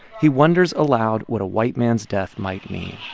he wonders aloud what a white man's death might mean